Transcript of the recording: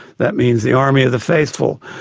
that means the army of the faithful,